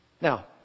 Now